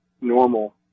normal